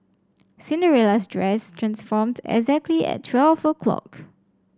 Cinderella's dress transformed exactly at twelve o'clock